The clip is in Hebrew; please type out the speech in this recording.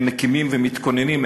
הם מקימים ומתכוננים,